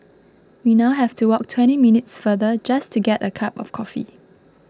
we now have to walk twenty minutes farther just to get a cup of coffee